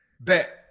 Bet